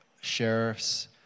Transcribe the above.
sheriffs